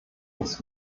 uns